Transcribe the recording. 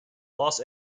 los